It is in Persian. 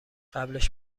قبلش